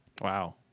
Wow